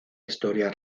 historia